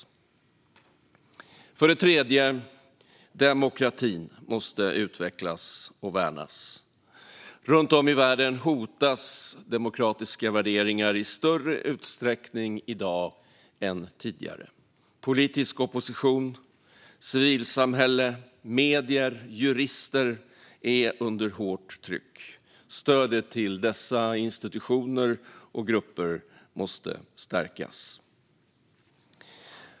För det tredje: Demokratin måste utvecklas och värnas. Runt om i världen hotas demokratiska värderingar i större utsträckning i dag än tidigare. Politisk opposition, civilsamhälle, medier och jurister är under hårt tryck. Stödet till dessa institutioner och grupper måste stärkas.